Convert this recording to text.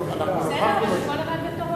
אנחנו נוכחנו, בסדר, כל אחד בתורו.